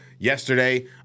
Yesterday